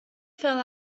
fell